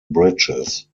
bridges